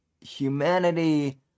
humanity